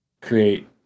create